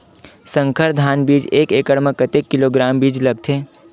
संकर धान बीज एक एकड़ म कतेक किलोग्राम बीज लगथे?